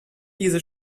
diese